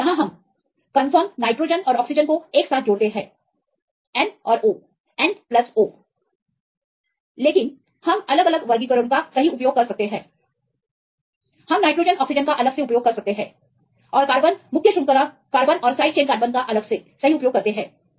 इसलिए यहाँ हम तटस्थ नाइट्रोजन और ऑक्सीजन को एक साथ जोड़ते हैं सही N और O और N O और S लेकिन हम अलग अलग वर्गीकरणों का सही उपयोग कर सकते हैं हम नाइट्रोजन ऑक्सीजन का अलग से उपयोग कर सकते हैं और कार्बन मुख्य श्रृंखला कार्बन और साइड चेन कार्बन का अलग से सही उपयोग करते हैं